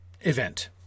event